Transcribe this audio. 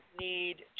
need